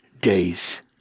days